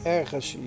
ergens